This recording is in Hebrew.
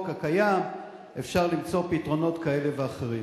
הקיים אפשר למצוא פתרונות כאלה ואחרים.